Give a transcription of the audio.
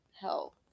help